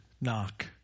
knock